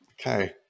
okay